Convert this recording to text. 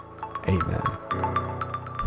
amen